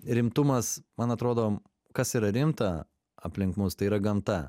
rimtumas man atrodo kas yra rimta aplink mus tai yra gamta